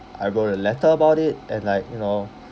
I wrote a letter about it and like you know